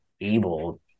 able